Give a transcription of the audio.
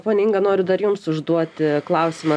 ponia inga noriu dar jums užduoti klausimą